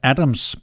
Adams